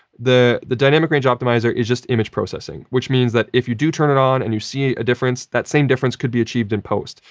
the the dynamic range optimizer is just image processing, which means that if you turn it on and you see a difference, that same difference could be achieved in post.